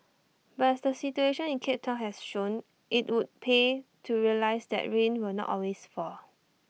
but as the situation in cape Town has shown IT would pay to realise that rain will not always fall